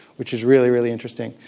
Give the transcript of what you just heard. which is really, really interesting.